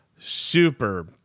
super